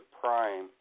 prime